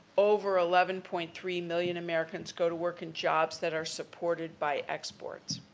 over eleven point three million americans go to work in jobs that are supported by exports.